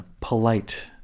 polite